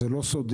זה לא סודי.